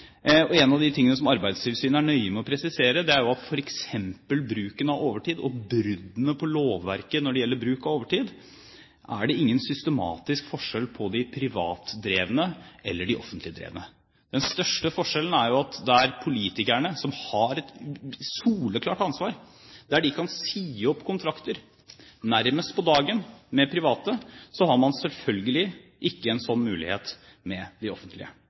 En av de tingene som Arbeidstilsynet er nøye med å presisere, er at i f.eks. bruken av overtid og bruddene på lovverket når det gjelder bruk av overtid, er det ingen systematisk forskjell på de privatdrevne og de offentlig drevne. Den største forskjellen er at der politikerne, som har et soleklart ansvar, kan si opp kontrakter, nærmest på dagen, med de private, har man selvfølgelig ikke en sånn mulighet med de offentlige.